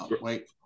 Wait